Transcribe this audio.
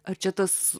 ar čia tas